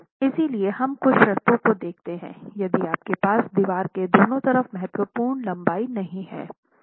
इसलिए हम कुछ शर्तों को देखते हैं यदि आपके पास दिवार के दोनों तरफ महत्वपूर्ण लंबाई नहीं है